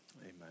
amen